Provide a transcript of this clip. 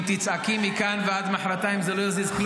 אם תצעקי מכאן ועד מוחרתיים, זה לא יזיז כלום.